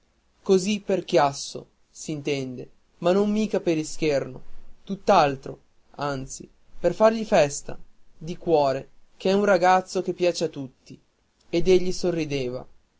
così per chiasso s'intende ma non mica per ischerno tutt'altro anzi per fargli festa di cuore ché è un ragazzo che piace a tutti ed egli sorrideva